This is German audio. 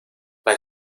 bei